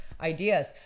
ideas